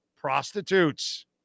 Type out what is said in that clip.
Prostitutes